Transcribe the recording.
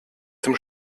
zum